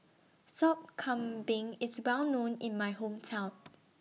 Sop Kambing IS Well known in My Hometown